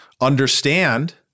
understand